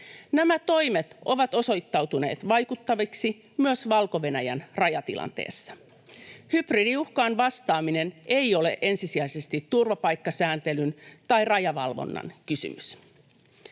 Nämä toimet ovat osoittautuneet vaikuttaviksi myös Valko-Venäjän rajatilanteessa. Hybridiuhkaan vastaaminen ei ole ensisijaisesti turvapaikkasääntelyn tai rajavalvonnan kysymys.